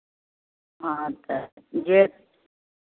अच्छा जे